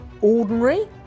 ordinary